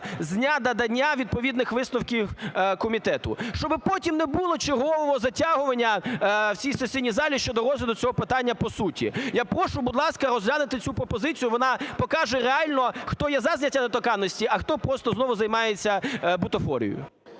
з дня надання відповідних висновків комітету, щоби потім не було чергового затягування в цій сесійній залі щодо розгляду цього питання по суті. Я прошу, будь ласка, розглянути цю пропозицію. Вона покаже реально хто є за зняття недоторканності, а хто просто знову займається бутафорією.